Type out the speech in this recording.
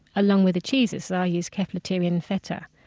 along with the cheeses. i use kefalotyri and feta.